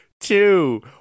two